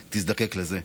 תודה,